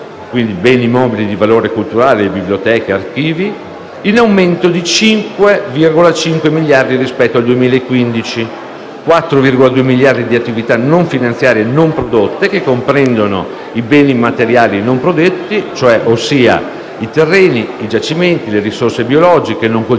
d'arte (beni mobili di valore culturale, biblioteche e archivi), in aumento di 5,5 miliardi rispetto al 2015; 4,2 miliardi di attività non finanziarie non prodotte, che comprendono i beni materiali non prodotti, ossia terreni, giacimenti e risorse biologiche non coltivate